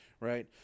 Right